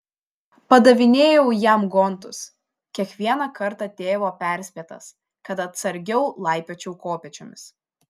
padavinėjau jam gontus kiekvieną kartą tėvo perspėtas kad atsargiau laipiočiau kopėčiomis